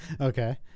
Okay